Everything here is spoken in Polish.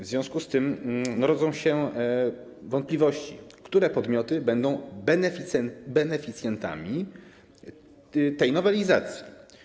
W związku z tym rodzą się wątpliwości, które podmioty będą beneficjentami tej nowelizacji.